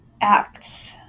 acts